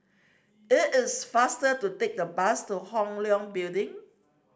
it is faster to take the bus to Hong Leong Building